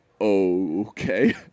okay